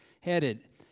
headed